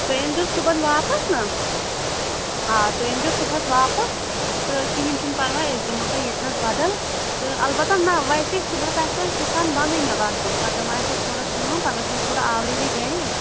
تُہی أنۍ زیو صُبحن واپَس نا آ تُہۍ أنۍ زیو صُبحَس واپَس تہٕ کِہیٖنۍ چھُنہٕ پرواے أسۍ دِمو تۄہہِ ییتنَس بَدل تہٕ البَتہ نہ ویسے صبحَس آسو اَسہِ دُکان بَندٕے مےٚ باسان پَگہہ ما آسہِ اَسہِ تھوڑا کٲم پگہہ چھُ اَسہِ تھوڑا آوریرٕے گَری